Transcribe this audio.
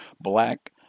black